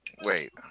Wait